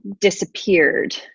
disappeared